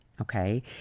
okay